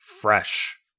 fresh